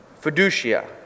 Fiducia